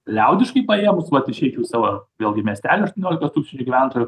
liaudiškai paėmus vat išeičiau savo vėlgi miestelio aštuoniolikos tūkstančių gyventojų